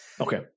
Okay